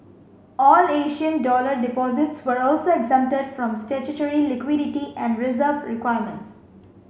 all Asian dollar deposits were also exempted from statutory liquidity and reserve requirements